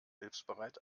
hilfsbereit